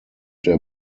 der